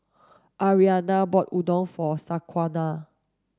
Ariane bought Udon for Shaquana